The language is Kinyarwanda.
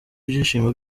ibyishimo